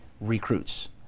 recruits